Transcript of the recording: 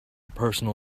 personal